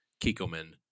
kikoman